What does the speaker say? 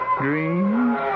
dreams